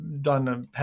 done